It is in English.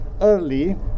early